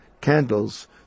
candles